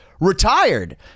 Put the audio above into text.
retired